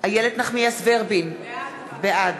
איילת נחמיאס ורבין, בעד